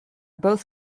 both